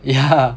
yeah